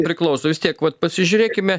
priklauso vis tiek vat pasižiūrėkime